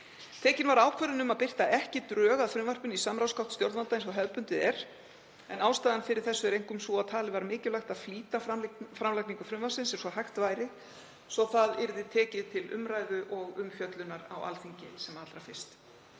Tekin var ákvörðun um að birta ekki drög að frumvarpinu í samráðsgátt stjórnvalda eins og hefðbundið er, en ástæðan fyrir þessu er einkum sú að talið var mikilvægt að flýta framlagningu frumvarpsins eins og hægt væri svo það yrði tekið til umræðu og umfjöllunar á Alþingi sem allra fyrst.